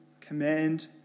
command